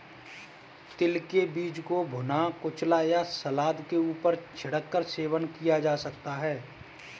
तिल के बीज को भुना, कुचला या सलाद के ऊपर छिड़क कर सेवन किया जा सकता है